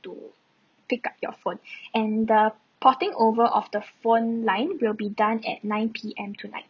to pick up your phone and uh porting over of the phone line will be done at nine P_M tonight